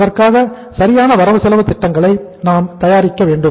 அதற்கான சரியான வரவு செலவு திட்டங்களை நாம் தயாரிக்கவேண்டும்